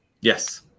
Yes